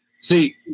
see